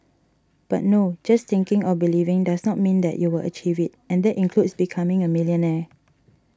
but no just thinking or believing does not mean that you will achieve it and that includes becoming a millionaire